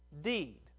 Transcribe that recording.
deed